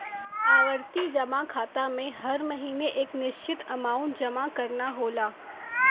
आवर्ती जमा खाता में हर महीने एक निश्चित अमांउट जमा करना होला